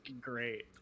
great